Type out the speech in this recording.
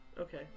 Okay